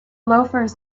loafers